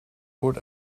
holt